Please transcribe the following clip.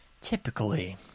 typically